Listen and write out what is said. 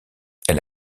elle